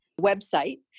website